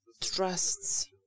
trusts